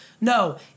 No